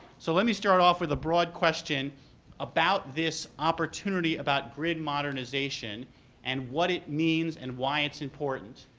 so let me start off with a broad question about this opportunity about grid modernization and what it means and why it's important.